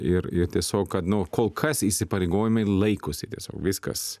ir ir tiesiog kad nu kol kas įsipareigojimai laikosi viskas